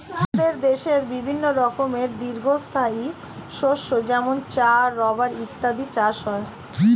আমাদের দেশে বিভিন্ন রকমের দীর্ঘস্থায়ী শস্য যেমন চা, রাবার ইত্যাদির চাষ হয়